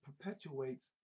perpetuates